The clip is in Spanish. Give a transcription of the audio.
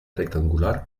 rectangular